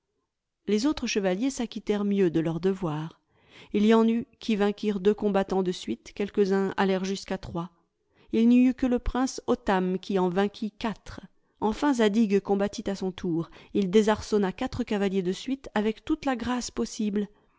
les autres chevaliers s'acquittèrent mieux de leur devoir il y en eut qui vainquirent deux combattants de suite quelques uns allèrent jusqu'à trois il n'y eut que le prince otame qui en vainquit quatre enfin zadig combattit à son tour il désarçonna quatre cavaliers de suite avec toute la grâce possible